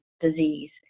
disease